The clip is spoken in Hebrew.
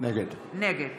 נגד